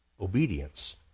obedience